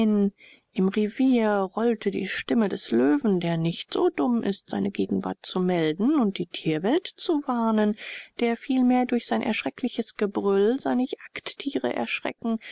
im rivier rollte die stimme des löwen der nicht so dumm ist seine gegenwart zu melden und die tierwelt zu warnen der vielmehr durch sein erschreckliches gebrüll seine jagdtiere erschrecken